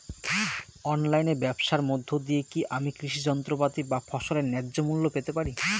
অনলাইনে ব্যাবসার মধ্য দিয়ে কী আমি কৃষি যন্ত্রপাতি বা ফসলের ন্যায্য মূল্য পেতে পারি?